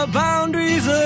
boundaries